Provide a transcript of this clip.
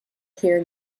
hear